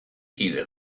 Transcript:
kide